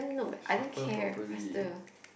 shuffle properly